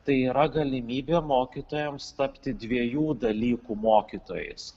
tai yra galimybė mokytojams tapti dviejų dalykų mokytojais